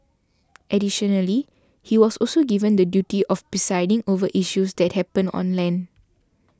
additionally he was also given the duty of presiding over issues that happen on land